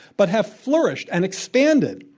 but have flourished and expanded?